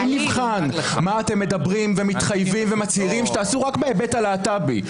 אם נבחן מה אתם מדברים ומתחייבים ומצהירים שתעשו רק בהיבט הלהט"בי,